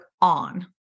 on